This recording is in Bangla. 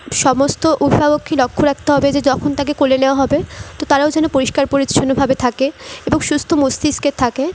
সমস্ত লক্ষ্য রাখতে হবে যে যখন তাকে কোলে নেওয়া হবে তো তারাও যেন পরিষ্কার পরিচ্ছন্নভাবে থাকে এবং সুস্থ মস্তিষ্কে থাকে